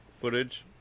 footage